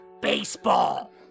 baseball